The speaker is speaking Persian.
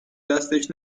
دستش